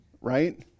right